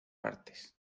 partes